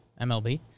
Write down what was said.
MLB